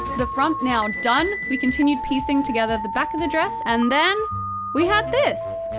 the front now done, we continued piecing together the back of the dress and then we had this.